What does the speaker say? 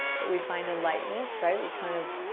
but we find a lightness, right? we kind of